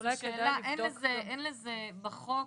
אין לזה בחוק,